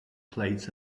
plates